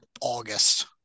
August